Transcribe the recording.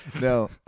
No